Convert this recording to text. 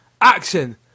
Action